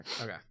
Okay